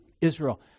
Israel